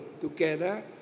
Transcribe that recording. together